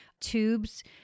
tubes